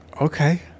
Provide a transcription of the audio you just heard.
Okay